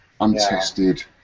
untested